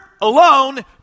alone